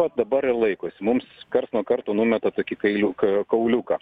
vat dabar ir laikosi mums karts nuo karto numeta tokį kailiuką kauliuką